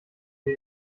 sie